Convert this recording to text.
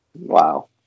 Wow